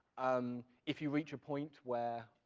um if you reach a point where